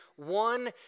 one